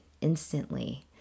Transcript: instantly